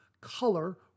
color